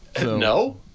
No